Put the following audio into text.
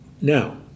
Now